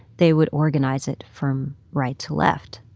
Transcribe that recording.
they would organize it from right to left.